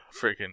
freaking